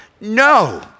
No